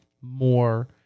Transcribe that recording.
more